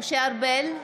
משה ארבל,